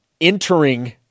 entering –